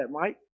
Mike